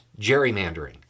gerrymandering